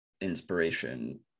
inspiration